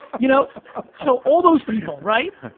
you know so, all those people, right.